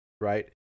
right